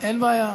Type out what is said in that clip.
אין בעיה.